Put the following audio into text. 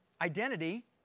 identity